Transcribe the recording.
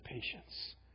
patience